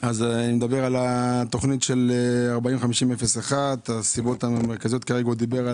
אני מדבר על התוכנית 40-50-01. כרגע דובר על